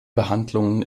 behandlungen